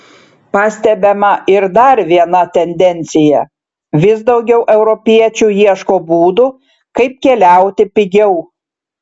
pastebima ir dar viena tendencija vis daugiau europiečių ieško būdų kaip keliauti pigiau